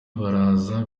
baraza